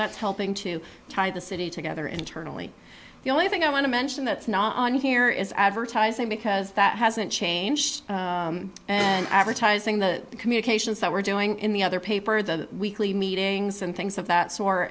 that's helping to tie the city together internally the only thing i want to mention that's not on here is advertising because that hasn't changed and advertising the communications that we're doing in the other paper the weekly meetings and things of that stor